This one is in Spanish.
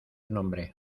nombre